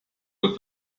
with